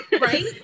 Right